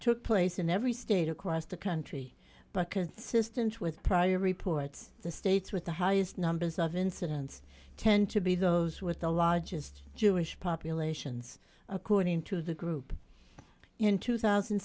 took place in every state across the country but consistent with prior reports the states with the highest numbers of incidents tend to be those with the largest jewish populations according to the group in two